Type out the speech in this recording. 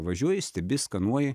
važiuoji stebi skenuoji